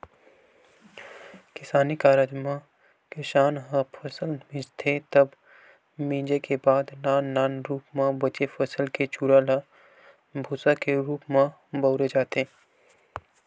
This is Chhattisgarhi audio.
किसानी कारज म किसान ह फसल मिंजथे तब मिंजे के बाद नान नान रूप म बचे फसल के चूरा ल भूंसा के रूप म बउरे जाथे